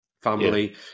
family